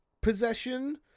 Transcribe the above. possession